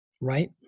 Right